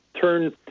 turn